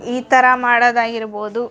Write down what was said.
ಈ ಥರ ಮಾಡೋದಾಗಿರ್ಬೋದು